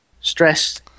Stress